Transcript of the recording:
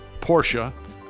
Porsche